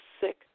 sick